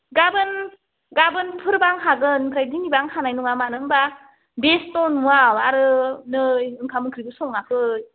गाबोन गाबोनफोरब्ला आं हागोन ओमफ्राय दिनैब्ला आं हानाय नङा मानो होमब्ला बेस्थ' न'आव आरो नै ओंखाम ओंख्रिबो सङाखै